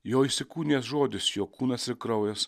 jo įsikūnijęs žodis jo kūnas ir kraujas